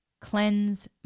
cleanse